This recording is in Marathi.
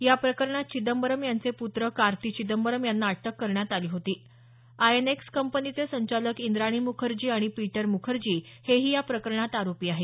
या प्रकरणात चिदंबरम यांचे पुत्र कार्ती चिदंबरम यांना अटक करण्यात आली होती आयएनएक्स कंपनीचे संचालक इंद्राणी मुखर्जी आणि पीटर मुखर्जी हे ही या प्रकरणात आरोपी आहेत